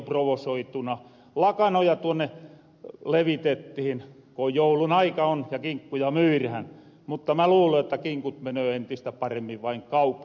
lakanoja tuonne levitettihin ku joulun aika on ja kinkkuja myyrähän mutta mä luulen jotta kinkut menöö entistä paremmin vain kaupan ja kotimaiset